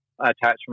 attachment